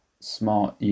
smart